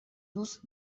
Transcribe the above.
دوست